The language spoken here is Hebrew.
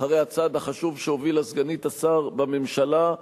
אחרי הצעד החשוב שהובילה סגנית השר בממשלה,